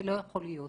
זה לא יכול להיות.